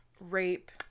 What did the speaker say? rape